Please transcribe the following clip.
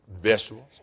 Vegetables